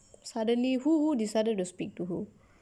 suddenly who who decided to speak to who